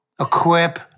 equip